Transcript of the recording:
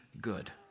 good